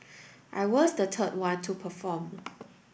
I was the third one to perform